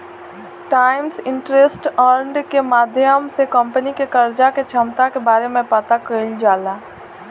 times interest earned के माध्यम से कंपनी के कर्जा के क्षमता के बारे में पता कईल जाला